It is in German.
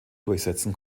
durchsetzen